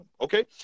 Okay